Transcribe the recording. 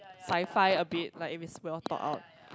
scifi a bit like if it's well thought out